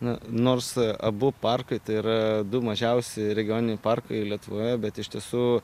na nors abu parkai tai yra du mažiausi regioniniai parkai lietuvoje bet iš tiesų